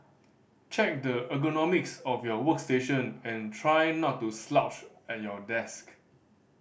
check the ergonomics of your workstation and try not to slouch at your desk